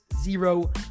zero